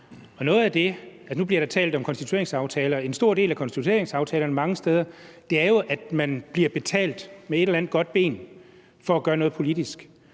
honorarer. Nu bliver der talt om konstitueringsaftaler, og en stor del af konstitueringsaftalerne mange steder består jo i, at man bliver betalt med et eller andet godt ben for at gøre noget politisk.